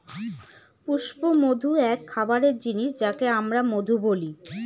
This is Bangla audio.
পুষ্পমধু এক খাবারের জিনিস যাকে আমরা মধু বলি